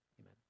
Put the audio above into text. amen